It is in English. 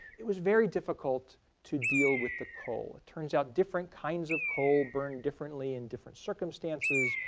it was very difficult to deal with the coal. it turns out different kinds of coal burned differently in different circumstances.